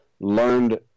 learned